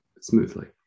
smoothly